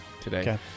today